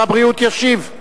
כבוד שר הבריאות ישיב.